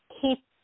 keep